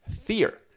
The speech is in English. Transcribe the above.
fear